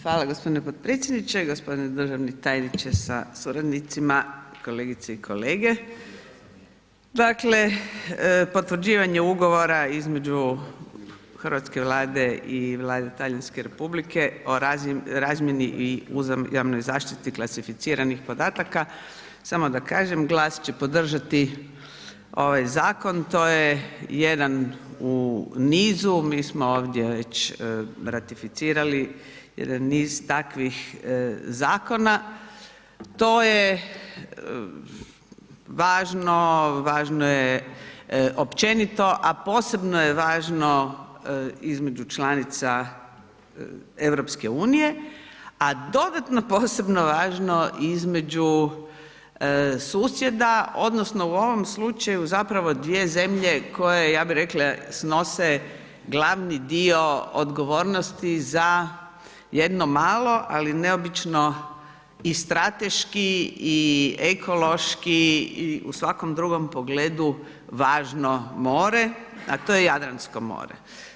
Hvala g. potpredsjedniče. g. Državni tajniče sa suradnicima, kolegice i kolege, dakle, potvrđivanje ugovora između hrvatske Vlade i Vlade talijanske republike o razmjeni i uzajamnoj zaštiti klasificiranih podataka samo da kažem GLAS će podržati ovaj zakon, to je jedan u nizu, mi smo ovdje već ratificirali jedan niz takvih zakona, to je važno, važno je općenito, a posebno je važno između članica EU, a dodatno posebno važno između susjeda odnosno u ovom slučaju zapravo dvije zemlje koje ja bi rekla snose glavni dio odgovornosti za jedno malo, ali neobično i strateški i ekološki i u svakom drugom pogledu važno more, a to je Jadransko more.